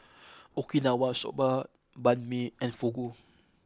Okinawa Soba Banh Mi and Fugu